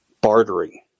bartering